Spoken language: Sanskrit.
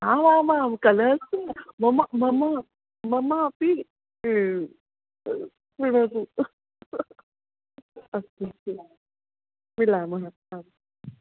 आमामां कलर् तु मम मम ममापि क्रीणातु अस्तु अस्तु मिलामः आम्